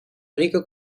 rica